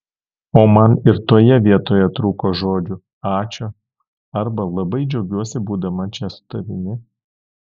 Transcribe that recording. o man ir toje vietoje trūko žodžių ačiū arba labai džiaugiuosi būdama čia su tavimi